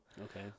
Okay